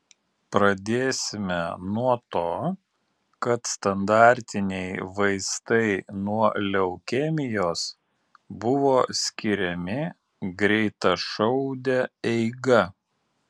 pradėsime nuo to kad standartiniai vaistai nuo leukemijos buvo skiriami greitašaude eiga